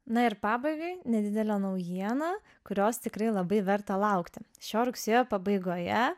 na ir pabaigai nedidelė naujiena kurios tikrai labai verta laukti šio rugsėjo pabaigoje